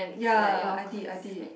ya I did I did